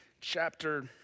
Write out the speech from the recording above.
chapter